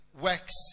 works